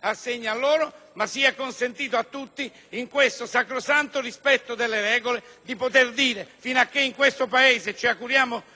assegna loro, ma sia consentito a tutti, nel sacrosanto rispetto delle regole e fino a che in questo Paese - ci auguriamo